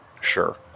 Sure